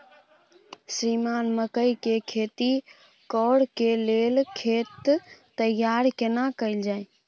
श्रीमान मकई के खेती कॉर के लेल खेत तैयार केना कैल जाए?